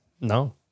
No